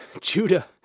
Judah